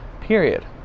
period